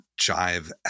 jive